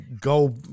go